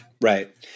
Right